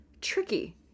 Tricky